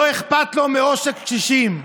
לא אכפת לו מעושק קשישים.